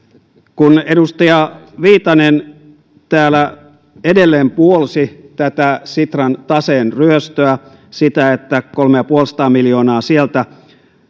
kun edustaja viitanen täällä edelleen puolsi tätä sitran taseen ryöstöä sitä että kolmesataaviisikymmentä miljoonaa sieltä